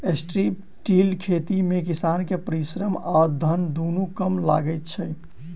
strip till खेती मे किसान के परिश्रम आ धन दुनू कम लगैत छै